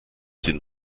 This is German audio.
sind